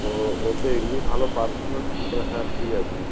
ও ও তো এমনি ভালো পারফরমেন্স করে হ্যাঁ ঠিক আছে